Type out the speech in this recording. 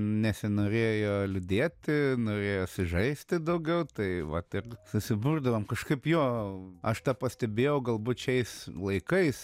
nesinorėjo liūdėti norėjosi žaisti daugiau tai vat ir susiburdavom kažkaip jo aš tą pastebėjau galbūt šiais laikais vat